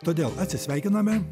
todėl atsisveikiname